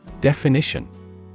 Definition